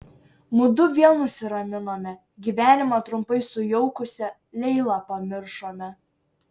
mudu vėl nusiraminome gyvenimą trumpai sujaukusią leilą pamiršome